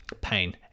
pain